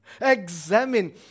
examine